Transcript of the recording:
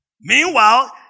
Meanwhile